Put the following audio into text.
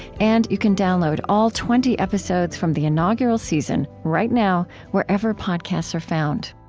and you can download all twenty episodes from the inaugural season right now, wherever podcasts are found